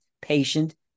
patient